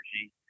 energy